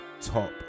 Top